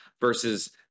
versus